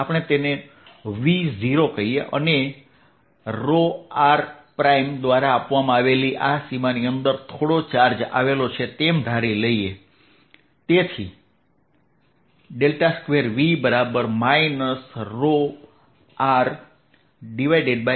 આપણે તેને V0 કહીએ અને r દ્વારા આપવામાં આવેલી આ સીમાની અંદર થોડો ચાર્જ આવેલો છે તેમ ધારી લઈએ